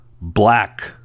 black